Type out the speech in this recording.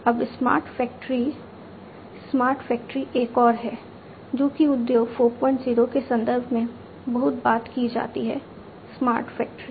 अब smart factory smart factory एक और है जो कि उद्योग 40 के संदर्भ में बहुत बात की जाती है स्मार्ट फैक्टरी